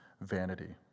vanity